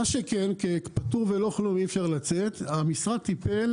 מה שכן פטור בלא כלום אי אפשר לצאת המשרד טיפל